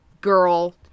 girl